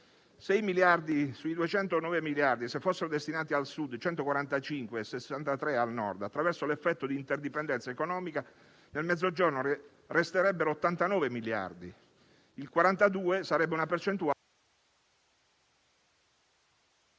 Paese: se dei 209 miliardi fossero destinati al Sud oltre 145 e 63 al Nord, attraverso l'effetto di interdipendenza economica, nel Mezzogiorno resterebbero 89 miliardi: il 42 sarebbe una percentuale...